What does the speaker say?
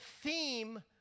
theme